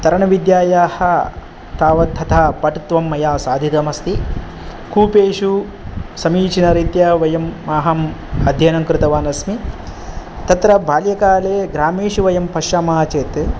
तरणविद्यायाः तावत् तथा पटुत्वं मया साधितमस्ति कूपेषु समीचीनरीत्या वयम् अहम् अध्ययनं कृतवान् अस्मि तत्र बाल्यकाले ग्रामेषु वयं पश्यामः चेत्